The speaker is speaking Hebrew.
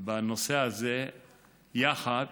בנושא הזה יחד,